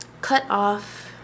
cut-off